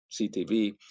CTV